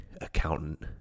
accountant